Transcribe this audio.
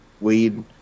weed